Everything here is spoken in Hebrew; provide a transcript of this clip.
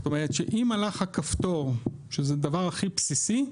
זאת אומרת שאם הלך הכפתור, שזה דבר הכי בסיסי,